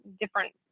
different